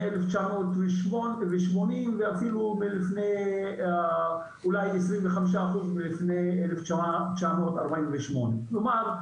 1980 ואפילו לפני אולי 25% לפני 1948. כלומר,